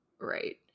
Right